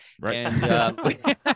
Right